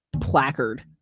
placard